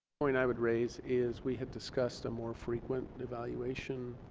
point i would raise is we had discussed a more frequent evaluation